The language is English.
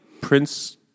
Prince